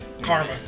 Karma